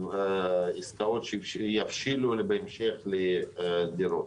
עסקאות שיבשילו בהמשך לדירות.